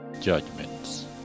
judgments